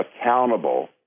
accountable